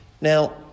Now